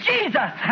Jesus